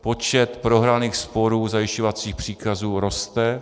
Počet prohraných sporů zajišťovacích příkazů roste.